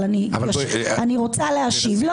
אבל אני רוצה להשיב --- אבל בואי,